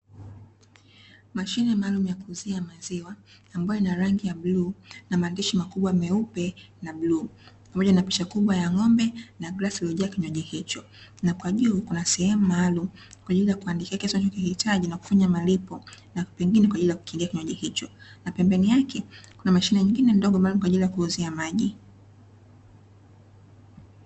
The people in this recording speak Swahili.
Mashine kubwa ya kuuzia maziwa ambayo ina rangi ya bluu na maandishi makubwa meupe na bluu pamoja na picha kubwa ya ng'ombe na glasi iliyojaa kinywaji hicho, na kwa juu kuna sehemu maalumu kwa ajili ya kuandika kiasi unachokihitaji na kufanya malipo na pengine kwa ajili ya kukingia kinywaji hicho, na pembeni yake kuna mashine nyingine ndogo maalumu kwa ajili ya kuuzia maji.